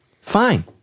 fine